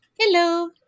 Hello